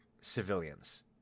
civilians